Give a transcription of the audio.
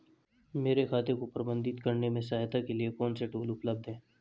मेरे खाते को प्रबंधित करने में सहायता के लिए कौन से टूल उपलब्ध हैं?